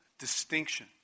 distinction